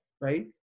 Right